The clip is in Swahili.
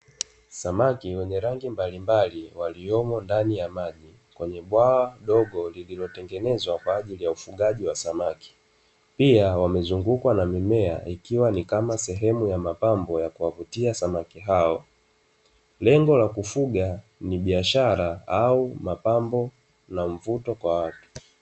Samaki wenye rangi mbalimbali waliomo ndani ya maji kwenye bwawa dogo lililo tengenezwa kwa ajili ya ufugaji wa samaki, pia wamezungukwa na mimea ikiwa ni kama sehemu ya mapambo ya kuwavutia samaki hao. Lengo la kufuga ni biashara au mapambo na mvuto kwa watu.